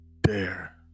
dare